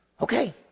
Okay